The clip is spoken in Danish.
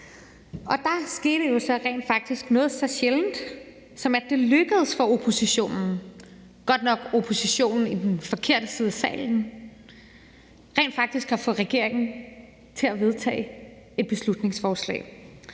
Der skete jo så noget så sjældent, som at det lykkedes for oppositionen – godt nok oppositionen i den forkerte side af salen – rent faktisk at få regeringen til at vedtage et beslutningsforslag.